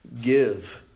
Give